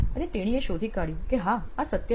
અને તેણીએ શોધી કાઢ્યું કે હા આ સત્ય છે